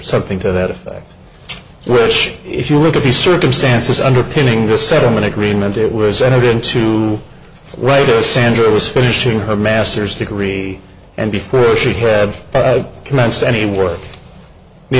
something to that effect which if you look at the circumstances underpinning the settlement agreement it was entered into right sandra was finishing her master's degree and before she had commenced any wor